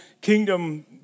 kingdom